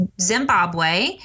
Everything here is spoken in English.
Zimbabwe